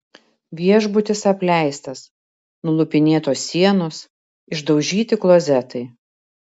viešbutis apleistas nulupinėtos sienos išdaužyti klozetai